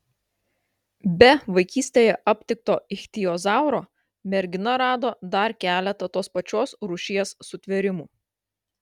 be vaikystėje aptikto ichtiozauro mergina rado dar keletą tos pačios rūšies sutvėrimų